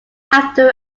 after